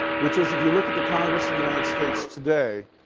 which is if you look at the congress of the united states today,